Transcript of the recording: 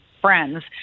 friends